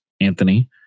Anthony